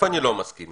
בואו נבנה